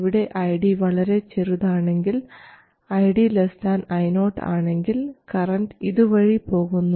ഇവിടെ ID വളരെ ചെറുതാണെങ്കിൽ ID Io ആണെങ്കിൽ കറൻറ് ഇതുവഴി പോകുന്നു